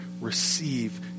Receive